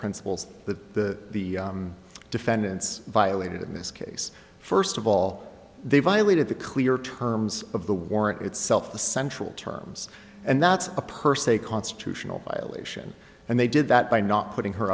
principles the defendants violated in this case first of all they violated the clear terms of the warrant itself the central terms and that's a person a constitutional violation and they did that by not putting her